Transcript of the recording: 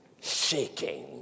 shaking